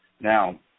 Now